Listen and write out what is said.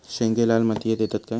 शेंगे लाल मातीयेत येतत काय?